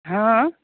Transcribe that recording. हँ